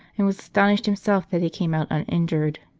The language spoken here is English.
and was astonished himself that he came out uninjured.